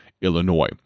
Illinois